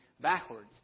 backwards